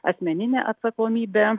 asmeninė atsakomybė